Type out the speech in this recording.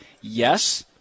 Yes